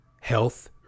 health